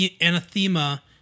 anathema